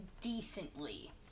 decently